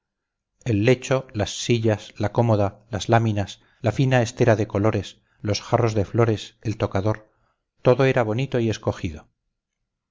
el lecho las sillas la cómoda las láminas la fina estera de colores los jarros de flores el tocador todo era bonito y escogido